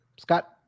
Scott